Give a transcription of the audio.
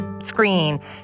screen